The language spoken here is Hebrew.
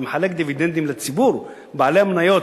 ומחלק דיבידנדים לציבור בעלי המניות,